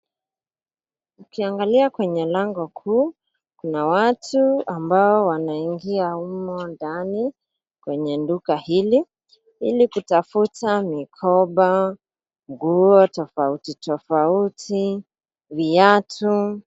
Ukiangalia kwenye lango kuu, kuna watu ambao wanaingia humo ndani, kwenye duka hili, ili kutafuta mikoba, nguo tofauti tofauti, viatu.